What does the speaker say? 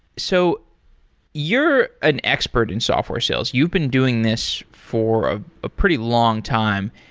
so you're an expert in software sales. you've been doing this for ah a pretty long time,